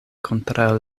kontraŭ